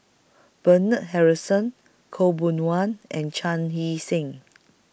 Bernard Harrison Khaw Boon Wan and Chan Hee Seng